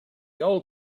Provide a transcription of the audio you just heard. all